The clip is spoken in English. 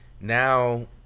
now